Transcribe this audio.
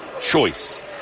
choice